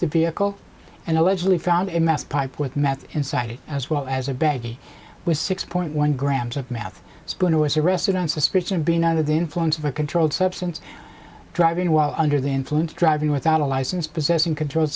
the vehicle and allegedly found a mass pipe with meth inside it as well as a bag with six point one grams of meth is going to was arrested on suspicion of being under the influence of a controlled substance driving while under the influence driving without a license possessing controlled